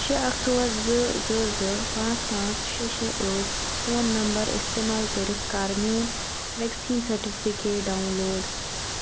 شیٚے اکھ ژور زٕ زٕ زٕ پانژھ پانژھ شیٚے شیٚے ٲٹھ فون نمبر استعمال کٔرِتھ کر میٲنۍ ویکسیٖن سرٹِفکیٹ ڈاؤن لوڈ